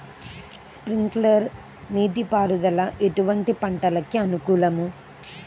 Sprinkler నీటిపారుదల ఎటువంటి పంటలకు అనుకూలము?